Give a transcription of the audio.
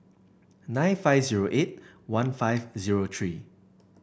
nine five zero eight one five zero three